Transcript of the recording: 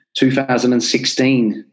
2016